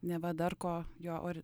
neva darko jo ori